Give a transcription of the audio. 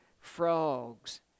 frogs